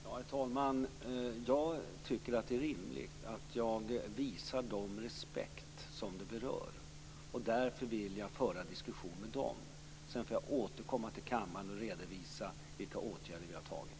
Herr talman! Jag tycker att det är rimligt att jag visar respekt för dem det berör. Därför vill jag föra diskussionen med dem. Sedan får jag återkomma till kammaren och redovisa vilka åtgärder vi har vidtagit.